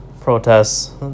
protests